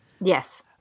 Yes